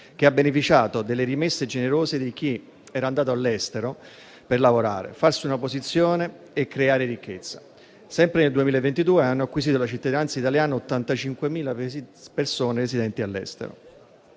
che ha beneficiato delle rimesse generose di chi era andato all'estero per lavorare, farsi una posizione e creare ricchezza. Sempre nel 2022 hanno acquisito la cittadinanza italiana 85.000 persone residenti all'estero.